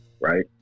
right